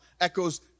echoes